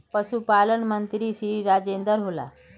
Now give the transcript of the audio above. पशुपालन मंत्री श्री राजेन्द्र होला?